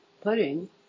pudding